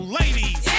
ladies